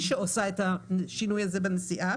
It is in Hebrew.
היא שעושה את השינוי הזה בנסיעה.